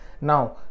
now